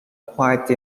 quite